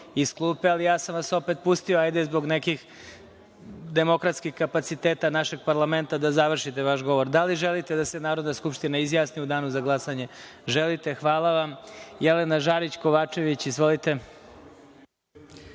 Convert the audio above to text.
ali ja sam vas opet pustio, zbog nekih demokratskih kapaciteta našeg parlamenta, da završite vaš govor. Da li želite da se Narodna skupština izjasni u danu za glasanje? Želite. Hvala vam. Reč ima Jelena Žarić Kovačević. Izvolite.